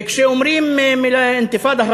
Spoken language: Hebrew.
וכשאומרים את המילה "אינתיפאדה",